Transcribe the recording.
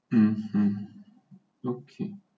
hmm hmm okay